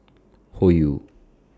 Hoyu